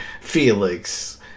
Felix